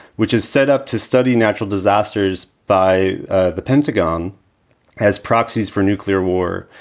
which is set up to study natural disasters by the pentagon as proxies for nuclear war.